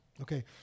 Okay